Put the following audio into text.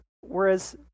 whereas